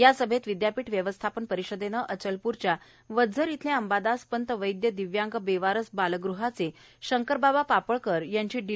या सभेत विदयापीठ व्यवस्थापन परिषदेनं अचलप्रच्या वझझर इथल्या अंबादासपंत वैदय दिव्यांग बेवारस बालगृहाचे शंकरबाबा पापळकर यांची डि